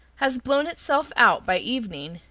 has blown itself out by evening,